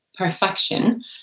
Perfection